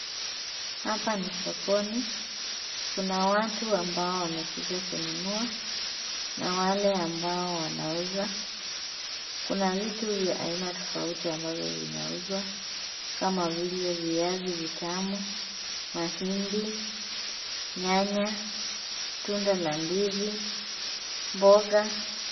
Hapa ni sokoni. Kuna watu ambao wamekuja kununua na wale ambao wanauza. Kuna vitu vya aina tofauti ambavyo vinauzwa kama vile viazi vitamu, mahindi, nyanya, tunda la ndizi, mboga.